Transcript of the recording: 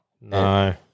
No